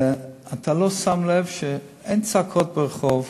אתה לא שם לב שאין צעקות ברחוב.